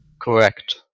Correct